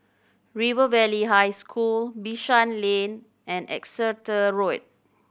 River Valley High School Bishan Lane and Exeter Road